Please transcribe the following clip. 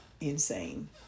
insane